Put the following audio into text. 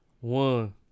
one